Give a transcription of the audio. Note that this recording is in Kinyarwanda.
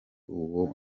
uwo